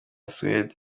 suede